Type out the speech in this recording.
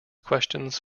questions